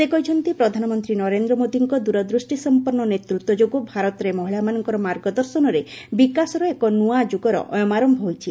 ସେ କହିଛନ୍ତି ପ୍ରଧାନମନ୍ତ୍ରୀ ନରେନ୍ଦ୍ର ମୋଦିଙ୍କ ଦୂରଦୃଷ୍ଟିସମ୍ପନ୍ନ ନେତୃତ୍ୱ ଯୋଗୁଁ ଭାରତରେ ମହିଳାମାନଙ୍କ ମାର୍ଗଦର୍ଶନରେ ବିକାଶର ଏକ ନୂଆଯୁଗର ଅୟମାର୍ୟ ହୋଇଛି